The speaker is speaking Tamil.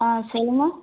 ஆ சொல்லுங்கள்